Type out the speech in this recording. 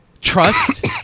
Trust